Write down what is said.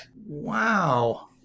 Wow